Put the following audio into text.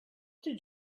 did